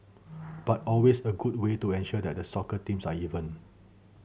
but always a good way to ensure that the soccer teams are even